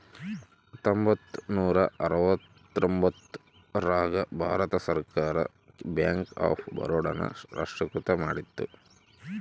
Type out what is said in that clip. ಹತ್ತೊಂಬತ್ತ ನೂರ ಅರವತ್ತರ್ತೊಂಬತ್ತ್ ರಾಗ ಭಾರತ ಸರ್ಕಾರ ಬ್ಯಾಂಕ್ ಆಫ್ ಬರೋಡ ನ ರಾಷ್ಟ್ರೀಕೃತ ಮಾಡಿತು